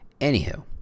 anywho